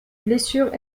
blessures